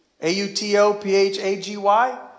A-U-T-O-P-H-A-G-Y